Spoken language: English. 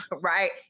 right